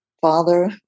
father